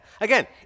Again